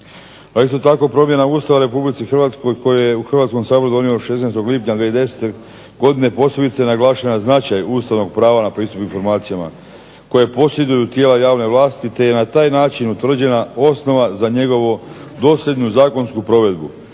A isto tako promjena Ustava Republici Hrvatskoj koji je Hrvatski sabor donio 16. lipnja 2010. posebice naglašen značaj ustavnog prava na pristup informacijama koje posjeduju tijela javne vlasti, te je na taj način utvrđena osnova za njegovo dosljednu zakonsku provedbu.